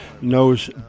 knows